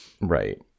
right